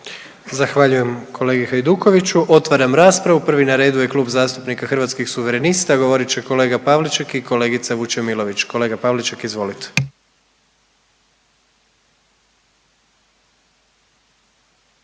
Zahvaljujem kolegi Hajdukoviću, otvaram raspravu, prvi na redu je Klub zastupnika Hrvatskih suverenista, govorit će kolega Pavliček i kolegica Vučemilović. Kolega Pavliček izvolite.